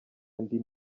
ndi